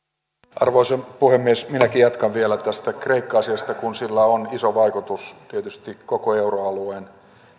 arvoisa puhemies minäkin jatkan vielä tästä kreikka asiasta kun sillä on iso vaikutus koko euroalueen